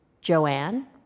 Joanne